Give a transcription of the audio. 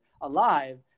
alive